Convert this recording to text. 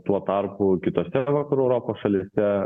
tuo tarpu kitose vakarų europos šalyse